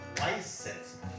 license